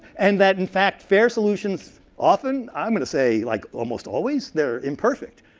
and that, in fact, fair solutions often, i'm going to say like almost always, they're imperfect.